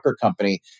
company